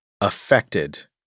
affected